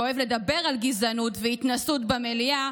שאוהב לדבר על גזענות והתנשאות במליאה,